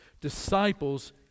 Disciples